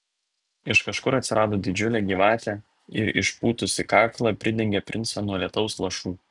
iš kažkur atsirado didžiulė gyvatė ir išpūtusi kaklą pridengė princą nuo lietaus lašų